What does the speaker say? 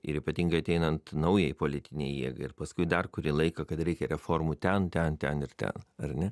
ir ypatingai ateinant naujai politinei jėgai ir paskui dar kurį laiką kad reikia reformų ten ten ten ir ten ar ne